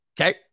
okay